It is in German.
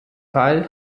fall